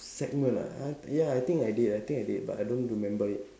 segment ah I ya I think I did I think I did but I don't remember it